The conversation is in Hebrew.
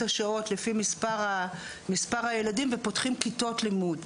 השעות לפי מספר הילדים ופותחים כיתות לימוד,